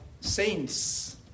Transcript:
saints